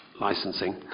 licensing